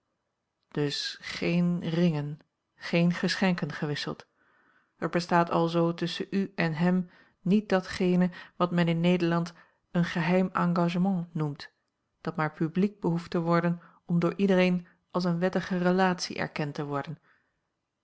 dus geen ringen geen geschenken gewisseld er bestaat alzoo tusschen u en hem niet datgene wat men in nederland een geheim engagement noemt dat maar publiek behoeft te worden om door iedereen als eene wettige relatie erkend te worden